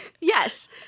Yes